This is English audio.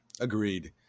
agreed